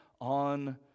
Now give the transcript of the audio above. on